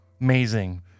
Amazing